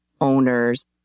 owners